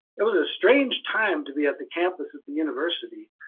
it was a strange time to be at the campus at the university.